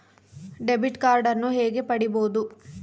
Debit ಕಾರ್ಡನ್ನು ಹೇಗೆ ಪಡಿಬೋದು?